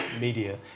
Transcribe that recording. media